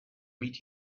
meet